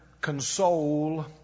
console